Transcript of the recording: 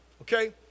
okay